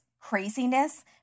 craziness